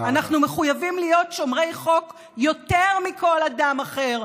אנחנו מחויבים להיות שומרי חוק יותר מכל אדם אחר,